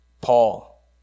Paul